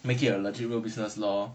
make it a legitimate real business lor